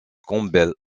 campbell